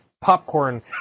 popcorn